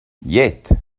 yet